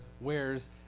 Wears